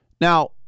Now